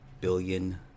billion